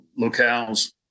locales